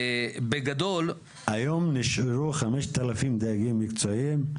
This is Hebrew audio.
היום נשארו 5,000 דייגים מקצועיים?